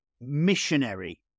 missionary